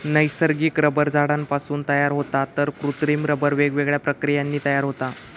नैसर्गिक रबर झाडांपासून तयार होता तर कृत्रिम रबर वेगवेगळ्या प्रक्रियांनी तयार होता